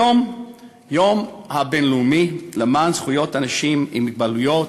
היום הוא היום הבין-לאומי למען זכויות אנשים עם מוגבלויות.